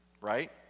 right